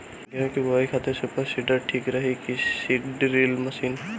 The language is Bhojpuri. गेहूँ की बोआई खातिर सुपर सीडर ठीक रही की सीड ड्रिल मशीन?